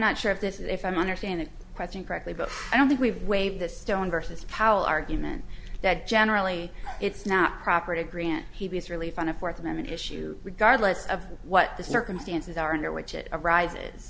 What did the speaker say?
not sure if this if i'm understanding question correctly but i don't think we've waived the stone versus powell argument that generally it's not proper to grant he was really fond of fourth amendment issue regardless of what the circumstances are under which it arises